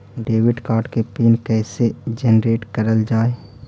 Debit card के PIN कैसे generate करल जाहै?